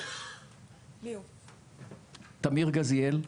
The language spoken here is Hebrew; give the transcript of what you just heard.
תמיר גזיאל?